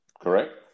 Correct